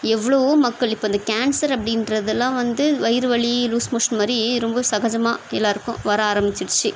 எவ்வளோ மக்கள் இப்போ இந்த கேன்சர் அப்படின்றதெல்லாம் வந்து வயிறுவலி லூஸ்மோஷன் மாரி ரொம்ப சகஜமாக எல்லாருக்கும் வர ஆரம்பிச்சிருச்சு